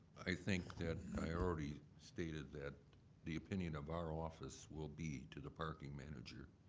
i think that i already stated that the opinion of our office will be to the parking manager,